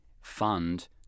fund